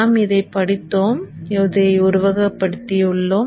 நாம் இதைப் படித்தோம் இதை உருவகப்படுத்தியுள்ளோம்